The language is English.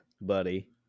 buddy